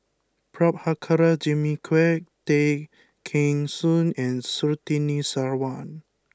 Prabhakara Jimmy Quek Tay Kheng Soon and Surtini Sarwan